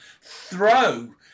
throw